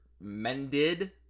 mended